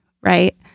right